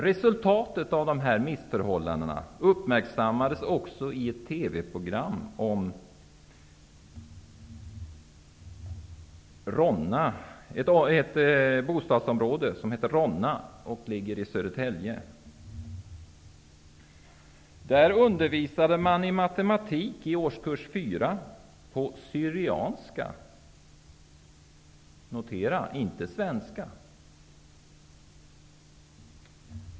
Resultaten av dessa missförhållanden uppmärksammades också i ett TV-program om ett bostadsområde som heter Ronna och ligger i Södertälje. Där undervisade man på syrianska i matematik i årskurs fyra. Notera att det inte var på svenska!